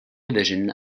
division